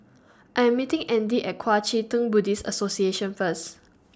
I Am meeting Andy At Kuang Chee Tng Buddhist Association First